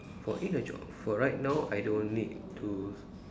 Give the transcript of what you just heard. for in a job for right now I don't need to